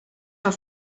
here